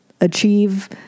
achieve